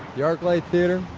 the arclight theater,